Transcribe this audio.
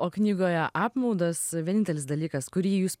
o knygoje apmaudas vienintelis dalykas kurį jūs